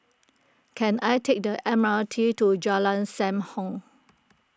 can I take the M R T to Jalan Sam Heng